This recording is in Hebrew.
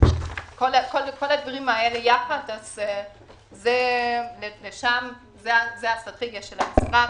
כל הדברים האלה ביחד זה האסטרטגיה של המשרד,